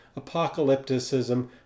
apocalypticism